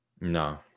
No